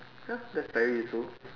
that's very useful